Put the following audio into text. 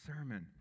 sermon